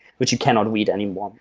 which you cannot read anymore. um